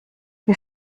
wir